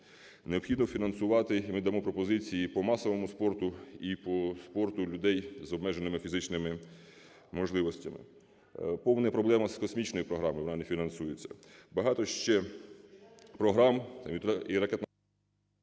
Необхідно фінансувати, і ми дамо пропозиції по масовому спорту і по спорту людей з обмеженими фізичними можливостями. Повна проблема з космічною програмою. Вона не фінансується. Багато ще програм і… ГОЛОВУЮЧИЙ.